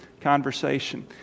conversation